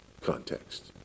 context